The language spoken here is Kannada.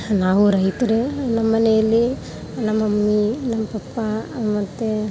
ನಾವು ರೈತರೇ ನಮ್ಮ ಮನೆಯಲ್ಲಿ ನಮ್ಮ ಮಮ್ಮಿ ನಮ್ಮ ಪಪ್ಪಾ ಮತ್ತು